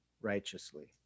righteously